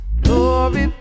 glory